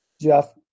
Jeff